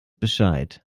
bescheid